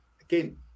Again